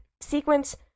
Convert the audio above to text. sequence